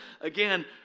Again